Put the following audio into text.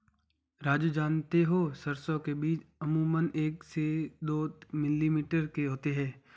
राजू जानते हो सरसों के बीज अमूमन एक से दो मिलीमीटर के होते हैं